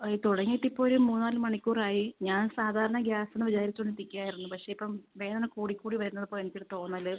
അത് തുടങ്ങിയിട്ട് ഇപ്പോൾ ഒരു മൂന്നാല് മണിക്കൂറായി ഞാൻ സാധാരണ ഗ്യാസ് എന്ന് വിചാരിച്ചുകൊണ്ടിരിക്കുവായിരുന്നു പക്ഷേ ഇപ്പം വേദന കൂടി കൂടി വരുന്നത് പോലെ എനിക്കൊരു തോന്നൽ